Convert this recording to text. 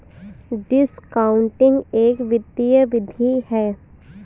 discounting एक वित्तीय विधि है